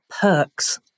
perks